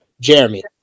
Jeremy